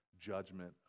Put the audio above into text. judgment